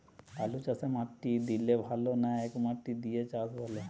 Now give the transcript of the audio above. আলুচাষে মাটি দিলে ভালো না একমাটি দিয়ে চাষ ভালো?